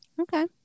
Okay